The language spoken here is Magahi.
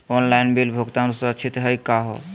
ऑनलाइन बिल भुगतान सुरक्षित हई का हो?